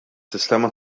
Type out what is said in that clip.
sistema